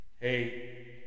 Hey